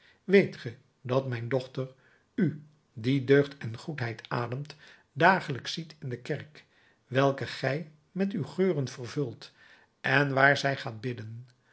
weet ge dat mijn dochter u die deugd en goedheid ademt dagelijks ziet in de kerk welke gij met uw geuren vervult en waar zij gaat bidden